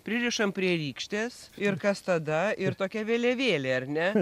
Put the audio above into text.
pririšam prie rykštės ir kas tada ir tokia vėliavėlė ar ne